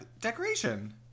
Decoration